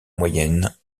moyenne